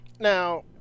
Now